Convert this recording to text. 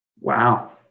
Wow